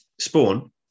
Spawn